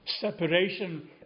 separation